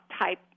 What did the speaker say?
type